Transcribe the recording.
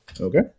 Okay